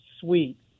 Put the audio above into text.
suite